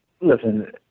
listen